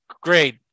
great